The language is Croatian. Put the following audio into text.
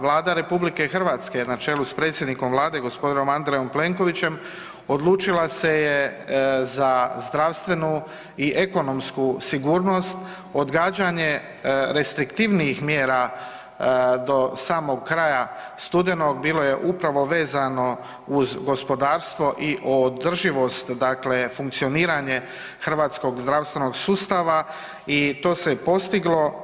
Vlada RH na čelu s predsjednikom Vlade g. Andrejom Plenkovićem odlučila se je za zdravstvenu i ekonomsku sigurnost, odgađanje restriktivnijih mjera do samog kraja studenog bilo je upravo vezano uz gospodarstvo i održivost funkcioniranje hrvatskog zdravstvenog sustava i to se postiglo.